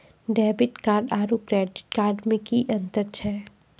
Debit card आरू credit card मे कि अन्तर छैक?